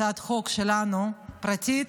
הצעת חוק שלנו פרטית.